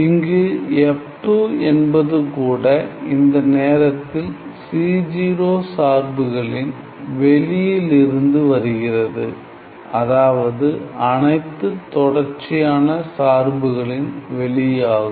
இங்கு f 2 என்பதுகூட இந்த நேரத்தில் c 0 சார்புகளின் வெளியில் இருந்து வருகிறது அதாவது அனைத்து தொடர்ச்சியான சார்புகளின் வெளியாகும்